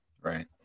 Right